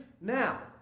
now